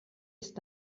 ist